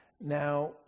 Now